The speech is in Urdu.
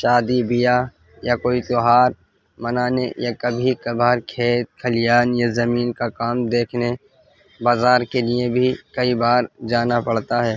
شادی بیاہ یا کوئی تہوار منانے یا کبھی کبھار کھیت کھلیان یا زمین کا کام دیکھنے بازار کے لیے بھی کئی بار جانا پڑتا ہے